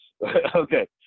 Okay